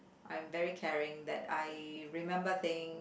I'm very caring that I remember thing